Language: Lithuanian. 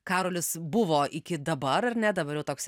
karolis buvo iki dabar ar ne dabar jau toks